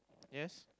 yes